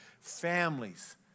families